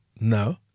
no